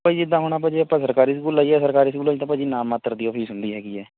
ਭਾ ਜੀ ਜਿੱਦਾਂ ਹੁਣ ਆਪਾਂ ਜੇ ਤਾਂ ਸਰਕਾਰੀ ਸਕੂਲ ਲਾਈਏ ਸਰਕਾਰੀ ਸਕੂਲਾਂ 'ਚ ਤਾਂ ਭਾ ਜੀ ਨਾ ਮਾਤਰ ਦੀ ਓ ਫ਼ੀਸ ਹੁੰਦੀ ਹੈਗੀ ਹੈ